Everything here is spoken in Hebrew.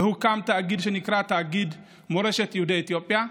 והוקם תאגיד שנקרא תאגיד מורשת יהודי אתיופיה,